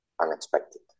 unexpected